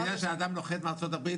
אני יודע שאדם נוחת מארצות הברית,